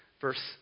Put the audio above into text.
Verse